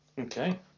Okay